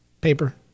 Paper